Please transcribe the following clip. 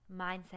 mindset